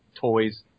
toys